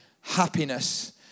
happiness